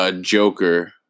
Joker